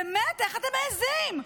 באמת, איך אתם מעיזים?